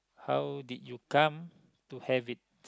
how did you come to have it